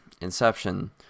Inception